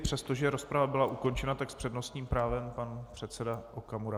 Přestože rozprava byla ukončena, tak s přednostním právem pan předseda Okamura.